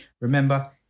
Remember